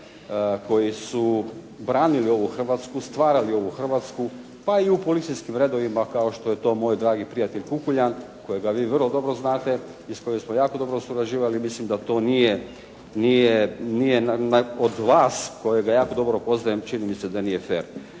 koji su branili ovu Hrvatsku, stvarali ovu Hrvatsku, pa i u policijskim redovima kao što je to moj dragi prijatelj Bukuljan, kojega vi vrlo dobro znate i s kojim smo jako dobro surađivali, mislim da to nije od vas, kojega jako dobro poznajem, čini mi se da nije fer.